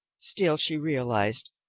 still she realized,